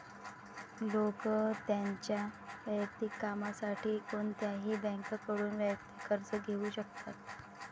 लोक त्यांच्या वैयक्तिक कामासाठी कोणत्याही बँकेकडून वैयक्तिक कर्ज घेऊ शकतात